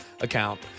account